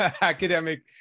academic